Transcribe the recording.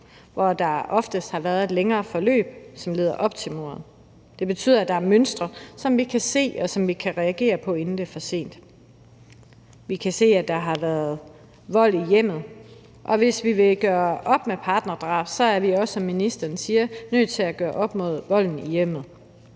hvor der oftest har været et længere forløb, som har ladet op til mordet. Det betyder, at der er mønstre, som vi kan se, og som vi kan reagere på, inden det er for sent. Vi kan se, at der har været vold i hjemmet, og hvis vi vil gøre op med partnerdrab, er vi også, som ministeren siger, nødt til at gøre op med volden i hjemmet,